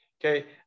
Okay